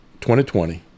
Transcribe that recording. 2020